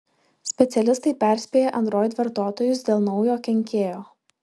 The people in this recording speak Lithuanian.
specialistai perspėja android vartotojus dėl naujo kenkėjo